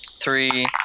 three